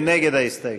מי נגד ההסתייגות?